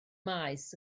maes